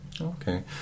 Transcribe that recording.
Okay